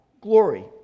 glory